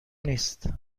نیست